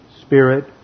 Spirit